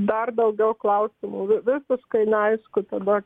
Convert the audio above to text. dar daugiau klausimų visiškai neaišku tada